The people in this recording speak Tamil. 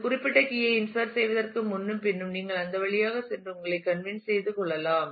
ஒரு குறிப்பிட்ட கீ ஐ இன்சர்ட் செய்வதற்கு முன்னும் பின்னும் நீங்கள் அந்த வழியாகச் சென்று உங்களை கன்வின்ஸ் செய்து கொள்ளலாம்